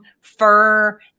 fur